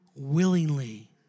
Willingly